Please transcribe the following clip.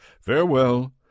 Farewell